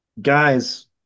guys